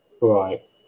Right